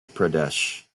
pradesh